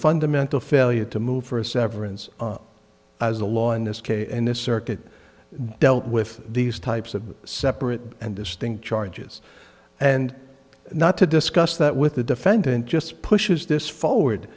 fundamental failure to move for a severance as the law in this case in the circuit dealt with these types of separate and distinct charges and not to discuss that with the defendant just pushes this forward